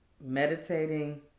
meditating